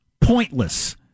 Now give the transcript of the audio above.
Pointless